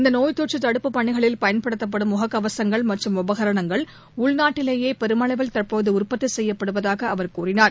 இந்தநோய் தொற்றுகடுப்புப் பணிகளில் பயன்படுத்தப்படும் முககவசங்கள் மற்றும் உபகரணங்கள் உள்நாட்டிலேயேபெருமளவில் தற்போதஉற்பத்திசெய்யப்படுவதாகஅவர் தெரிவித்தார்